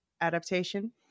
adaptation